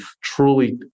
truly